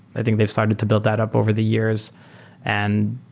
i think they've started to build that up over the years and